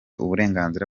uburenganzira